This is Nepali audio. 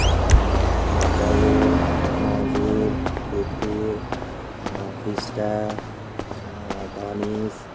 भद्रायो मजुर ढुक्कुर फिस्टा धनेस